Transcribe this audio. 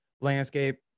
landscape